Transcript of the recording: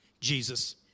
Jesus